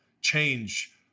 change